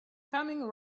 coming